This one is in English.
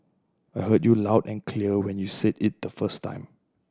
I heard you loud and clear when you said it the first time